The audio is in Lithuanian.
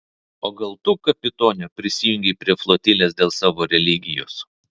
o gal tu kapitone prisijungei prie flotilės dėl savo religijos